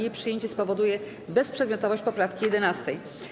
Jej przyjęcie spowoduje bezprzedmiotowość poprawki 11.